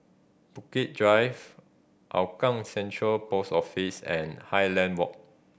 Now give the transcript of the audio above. Bukit Drive Hougang Central Post Office and Highland Walk